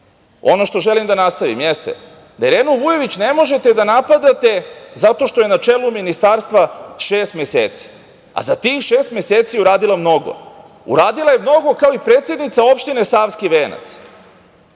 ono što želim da nastavim, jeste da Irenu Vujović, ne možete da napadate zato što je na načelu ministarstva šest meseci, a za tih šest meseci uradila mnogo. Uradila je mnogo, kao i predsednica opštine Savski Venac.